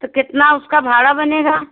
तो कितना उसका भाड़ा बनेगा